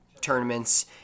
tournaments